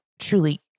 truly